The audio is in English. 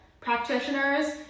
practitioners